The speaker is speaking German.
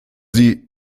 sie